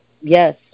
Yes